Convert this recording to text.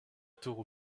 toro